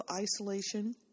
isolation